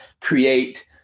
create